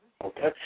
Okay